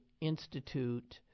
institute